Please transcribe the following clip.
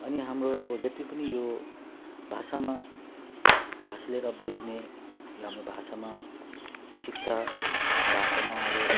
अनि हाम्रो अब जति पनि यो भाषामा भाषा लिएर बोलिने या हाम्रो भाषामा शिक्षा भाषामा अब